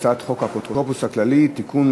הצעת חוק האפוטרופוס הכללי (תיקון,